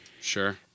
sure